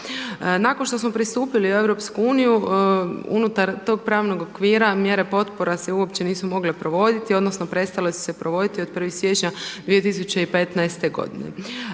Nakon što smo pristupili u EU unutar tog pravnog okvira mjere potpora se uopće nisu mogle provoditi odnosno prestale su se provoditi od 1. siječnja 2015. godine.